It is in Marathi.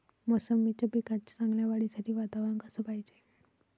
मोसंबीच्या पिकाच्या चांगल्या वाढीसाठी वातावरन कस पायजे?